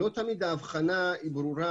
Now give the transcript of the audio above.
הוא שלא תמיד ההבחנה ברורה,